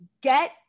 get